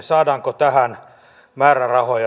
saadaanko tähän määrärahoja